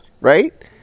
right